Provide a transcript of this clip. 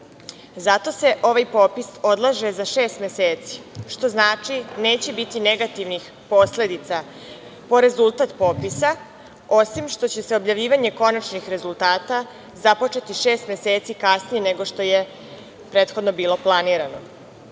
se ovaj popis odlaže za šest meseci, što znači neće biti negativnih posledica po rezultat popisa, osim što će se objavljivanje konačnih rezultati započeti šest meseci kasnije nego što je prethodno bilo planirano. Terensko